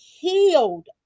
Healed